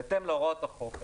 בהתאם להוראות החוק,